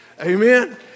Amen